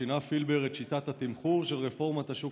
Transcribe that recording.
שינה פילבר את שיטת התמחור של רפורמת השוק